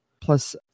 plus